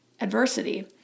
adversity